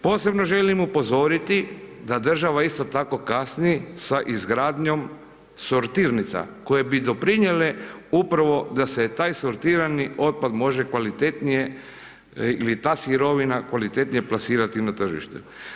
Posebno želim upozoriti da država isto tako kasni sa izgradnjom sortirnica koje bi doprinijele upravo da se taj sortirani otpad može kvalitetnije ili ta sirovina kvalitetnije plasirati na tržište.